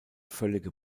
völlige